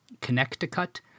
Connecticut